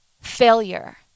failure